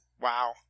Wow